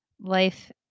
life